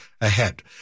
ahead